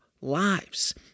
lives